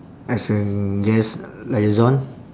as a guest liaison